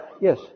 Yes